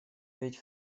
ведь